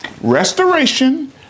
Restoration